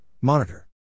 Monitor